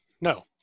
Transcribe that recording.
no